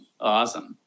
awesome